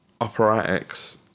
operatics